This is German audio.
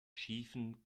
schiefen